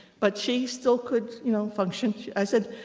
but she still could you know function. i said,